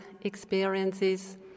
experiences